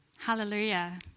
Hallelujah